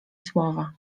słowa